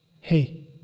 hey